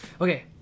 Okay